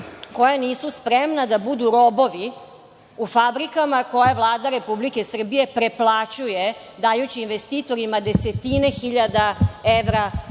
koja nisu spremna da budu robovi u fabrikama koje Vlada Republike Srbije preplaćuje dajući investitorima desetine hiljada evra